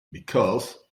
because